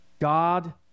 God